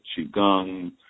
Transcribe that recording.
Qigong